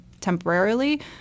temporarily